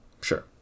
Sure